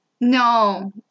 No